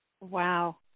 Wow